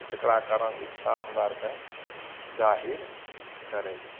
जेकरा कारण इच्छा हमरा आरके जाहिर करै छियै